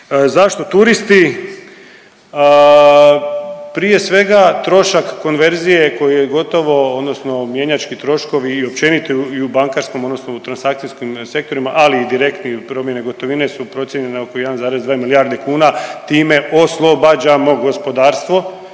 Zašto turisti? Prije svega trošak konverzije koji je gotovo odnosno mjenjački troškovi i općenito i u bankarskom odnosno u transakcijskim sektorima, ali i direktni jel promjene gotovine su procijenjene oko 1,2 milijarde kuna time oslobađamo gospodarstvo